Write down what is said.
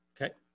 Okay